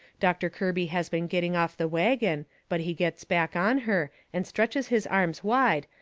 doctor kirby has been getting off the wagon, but he gets back on her, and stretches his arms wide,